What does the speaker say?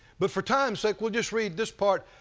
but for time's sake we'll just read this part.